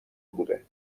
بوده